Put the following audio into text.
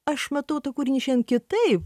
aš matau tą kūrinį šiandien kitaip